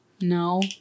no